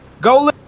Go